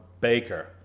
Baker